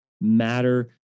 matter